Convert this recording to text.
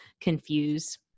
confuse